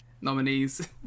nominees